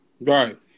Right